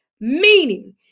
meaning